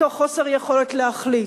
מתוך חוסר יכולת להחליט,